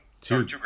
two